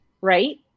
right